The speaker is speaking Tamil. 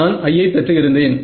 நான் I ஐ பெற்று இருந்தேன்